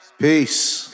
peace